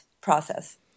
process